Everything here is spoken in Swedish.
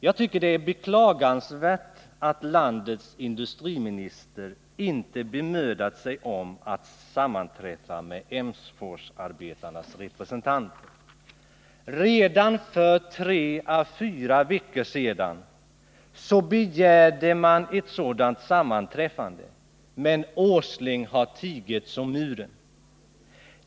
Jag tycker att det är beklagansvärt att landets industriminister inte har bemödat sig om att sammanträffa med Emsforsarbetarnas representanter. Redan för tre å fyra veckor sedan begärde man ett sådant sammanträffande, men herr Åsling har tigit som muren.